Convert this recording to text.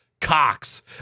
Cox